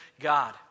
God